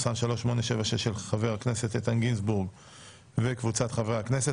של חבר הכנסת איתן גינזבורג וקבוצת חברי כנסת.